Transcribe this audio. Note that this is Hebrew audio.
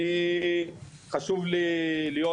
חשוב לי להיות,